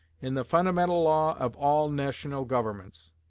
in the fundamental law of all national governments.